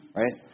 right